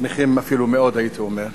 שמחים אפילו מאוד, הייתי אומר,